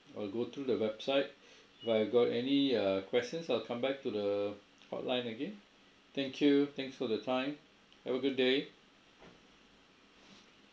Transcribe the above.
I'll go through the website if I got any uh questions I'll come back to the hotline again thank you thanks for the time have a good day